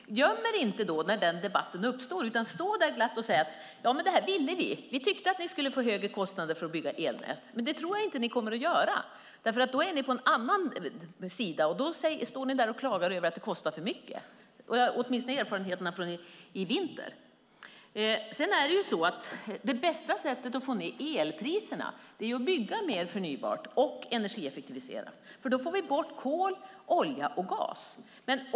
Göm er inte när den debatten uppstår utan stå där glatt och säg att ni vill detta, att det ska få bli högre kostnader för att bygga elnät. Jag tror inte att ni kommer att göra det. Då ställer ni er på en annan sida och klagar över för höga kostnader. Det är åtminstone erfarenheterna från i vintras. Det bästa sättet att få ned elpriserna är att bygga mer förnybar energi och energieffektivisera. Då får vi bort kol, olja och gas.